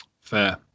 Fair